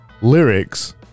lyrics